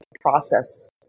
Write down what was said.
process